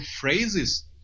phrases